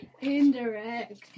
Indirect